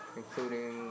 including